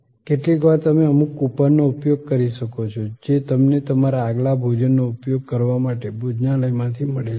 કેટલીકવાર તમે અમુક કૂપનનો ઉપયોગ કરી શકો છો જે તમને તમારા આગલા ભોજનનો ઉપયોગ કરવા માટે ભોજનાલયમાંથી મળેલ છે